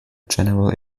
general